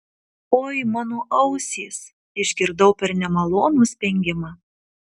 oi mano ausys išgirdau per nemalonų spengimą